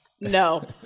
No